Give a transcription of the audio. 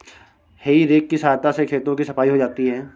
हेइ रेक की सहायता से खेतों की सफाई हो जाती है